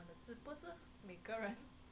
mm